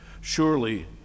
Surely